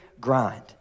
grind